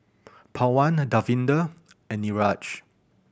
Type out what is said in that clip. Pawan Davinder and Niraj